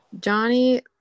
johnny